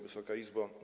Wysoka Izbo!